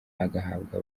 agahabwa